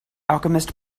alchemist